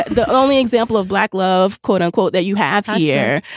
the only example of black love, quote, unquote, that you have here.